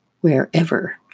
wherever